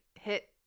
hit